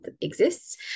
exists